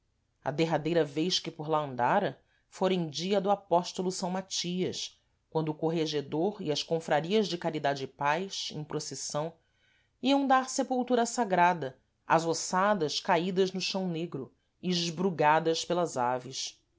a derradeira vez que por lá andara fôra em dia do apóstolo s matias quando o corregedor e as confrarias de caridade e paz em procissão iam dar sepultura sagrada às ossadas caídas no chão negro esbrugadas pelas aves